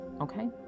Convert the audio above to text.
okay